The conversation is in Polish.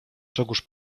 czegóż